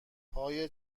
پای